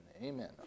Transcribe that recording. Amen